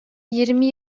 yirmi